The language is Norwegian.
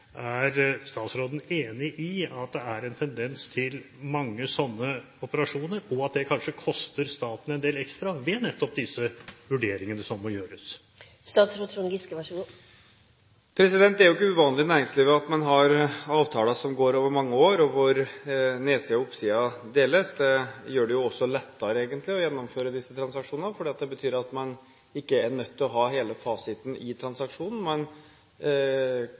statsråden enig i at det er en tendens til mange slike operasjoner, og at det kanskje koster staten en del ekstra at nettopp disse vurderingene må gjøres? Det er jo ikke uvanlig i næringslivet at man har avtaler som går over mange år, og nedsider og oppsider deles. Det gjør det også lettere, egentlig, å gjennomføre disse transaksjonene, fordi det betyr at man ikke er nødt til å ha hele fasiten i transaksjonen.